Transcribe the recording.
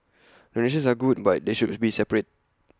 donations are good but they should be separate